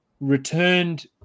returned